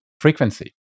frequency